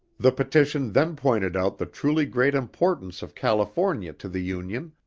the petition then pointed out the truly great importance of california to the union,